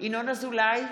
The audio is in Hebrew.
ינון אזולאי,